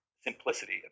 simplicity